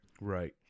right